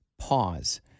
Pause